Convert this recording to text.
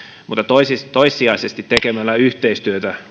mutta toissijaisesti tekemällä yhteistyötä